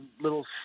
little